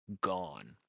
gone